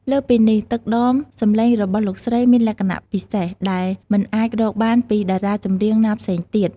លើសពីនេះ ទឹកដមសំឡេងរបស់លោកស្រីមាន លក្ខណៈពិសេស ដែលមិនអាចរកបានពីតារាចម្រៀងណាផ្សេងទៀត។